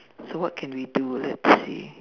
so what can we do let's see